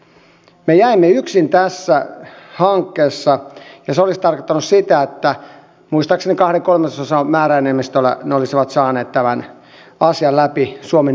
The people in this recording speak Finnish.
me jäimme yksin tässä hankkeessa ja se olisi tarkoittanut sitä että muistaakseni kahden kolmasosan määräenemmistöllä ne olisivat saaneet tämän asian läpi suomen niskuroinnista huolimatta